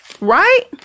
right